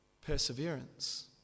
perseverance